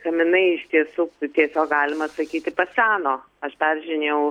kaminai iš tiesų tiesiog galima sakyti paseno aš peržiūrinėjau